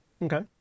Okay